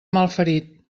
malferit